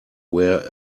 where